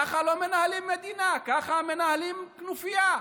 כך לא מנהלים מדינה, כך מנהלים כנופיה.